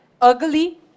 ugly